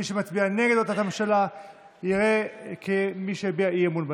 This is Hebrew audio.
מי שיצביע נגד החלטת הממשלה ייראה כמי שהביע אי-אמון בממשלה.